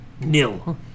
nil